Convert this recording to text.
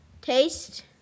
taste